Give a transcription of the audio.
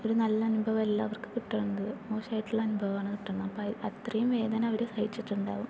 ഒരു നല്ല അനുഭവമല്ല അവർക്ക് കിട്ടണത് മോശമായിട്ടുള്ള അനുഭവമാണ് കിട്ടണത് അപ്പോൾ അത്രയും വേദന അവര് സഹിച്ചിട്ടുണ്ടാവും